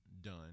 done